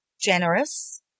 generous